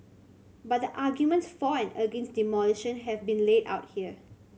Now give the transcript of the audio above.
but the arguments for and against demolition have been laid out here